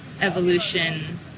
evolution